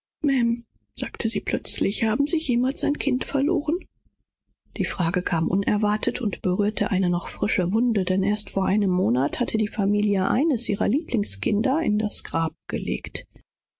sagte sie plötzlich haben sie jemals ein kind verloren die frage kam unerwartet und war ein stoß auf eine frische wunde denn erst einen monat zuvor war ein lieblingskind der familie in's grab gelegt